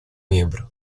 miembro